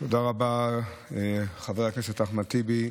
תודה רבה, חבר הכנסת אחמד טיבי,